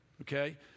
okay